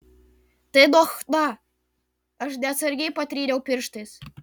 tai nuo chna aš neatsargiai patryniau pirštais